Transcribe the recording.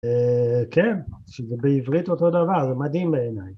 כן, שזה בעברית אותו דבר, זה מדהים בעיניי.